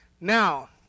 Now